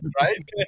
right